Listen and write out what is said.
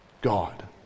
God